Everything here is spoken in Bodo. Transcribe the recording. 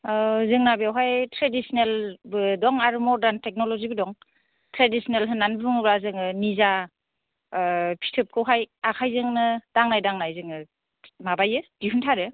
जोंना बेवहाय ट्रेडिसिनेलबो दं आरो मडार्न टेकन'लजिबो दं ट्रेडिसिनेल होन्नानै बुङोबा जोङो निजा फिथोबखौहाय आखायजोंनो दांनाय दांनाय जोङो माबायो दिहुनथारो